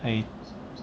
I